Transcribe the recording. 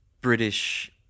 British